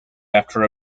after